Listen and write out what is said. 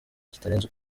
kitarenze